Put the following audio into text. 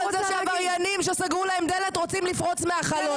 עבריינים שסגרו להם דלת, רוצים לפרוץ מהחלון.